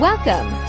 Welcome